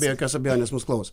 be jokios abejonės mus klauso